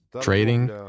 Trading